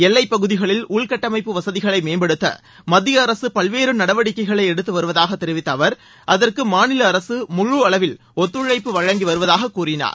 எல்லைப் பகுதிகளில் உள்கட்டமைப்பு வசதிகளை மேம்படுத்த மத்திய அரசு பல்வேறு நடவடிக்கைகளை எடுத்து வருவதாக தெரிவித்த அவா் அதற்கு மாநில அரசு முழு அளவில் ஒத்துழைப்பு வழங்கி வருவதாக கூறினார்